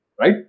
Right